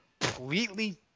completely